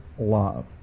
love